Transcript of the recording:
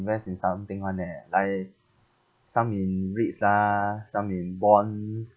invest in something one eh like some in REITs lah some in bonds